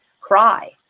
cry